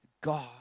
God